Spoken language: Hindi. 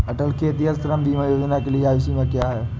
अटल खेतिहर श्रम बीमा योजना के लिए आयु सीमा क्या है?